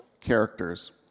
characters